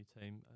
team